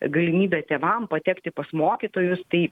galimybę tėvam patekti pas mokytojus tai